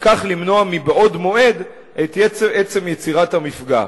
וכך למנוע מבעוד מועד את עצם יצירת המפגע.